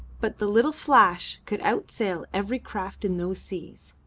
but the little flash could outsail every craft in those seas.